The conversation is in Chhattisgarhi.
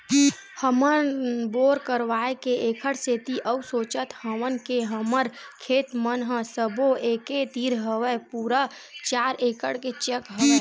हमन बोर करवाय के ऐखर सेती अउ सोचत हवन के हमर खेत मन ह सब्बो एके तीर हवय पूरा चार एकड़ के चक हवय